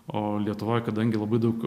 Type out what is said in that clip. o lietuvoj kadangi labai daug